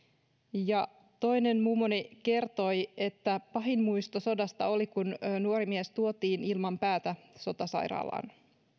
ja toinen mummoni kertoi että pahin muisto sodasta oli kun nuori mies tuotiin ilman päätä sotasairaalaan